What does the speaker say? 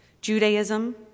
Judaism